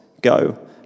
Go